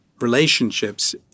relationships